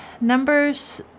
numbers